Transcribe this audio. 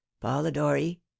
polidori